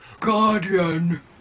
Guardian